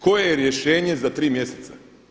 Koje je rješenje za tri mjeseca?